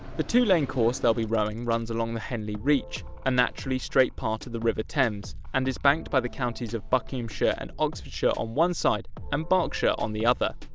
the two lane course they'll be rowing runs along the henley reach, a naturally straight part of the river thames and is banked by the counties of buckinghamshire buckinghamshire and oxfordshire on one side and berkshire on the other.